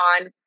on